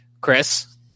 Chris